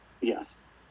Yes